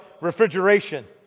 refrigeration